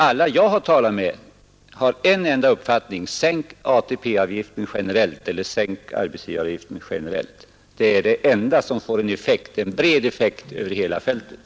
Alla jag hahar talat med har en enda uppfattning: Sänk ATP-avgiften eller arbetsgivaravgiften generellt! Det är det enda som får en bred effekt över hela fältet.